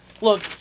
look